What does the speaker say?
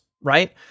right